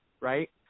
right